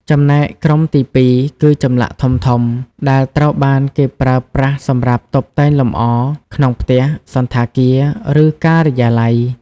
ចំណែកក្រុមទីពីរគឺចម្លាក់ធំៗ ដែលត្រូវបានគេប្រើប្រាស់សម្រាប់តុបតែងលម្អ ក្នុងផ្ទះ សណ្ឋាគារ ឬការិយាល័យ។